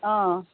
অ